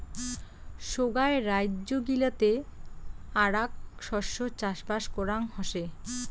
সোগায় রাইজ্য গিলাতে আরাক শস্য চাষবাস করাং হসে